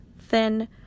thin